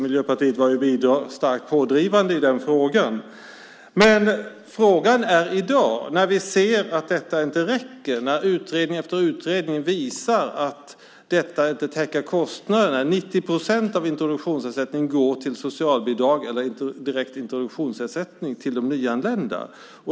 Miljöpartiet var ju starkt pådrivande i den frågan. Men i dag ser vi att detta inte räcker. Utredning efter utredning visar att detta inte täcker kostnaderna. 90 procent av introduktionsersättningen går till socialbidrag eller direkt introduktionsersättning till de nyanlända.